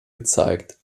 gezeigt